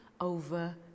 over